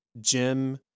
Jim